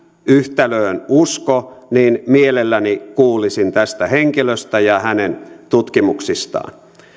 yhtälöön usko niin mielelläni kuulisin tästä henkilöstä ja hänen tutkimuksistaan